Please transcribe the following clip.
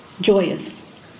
Joyous